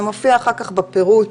זה מופיע אחר כך בפירוט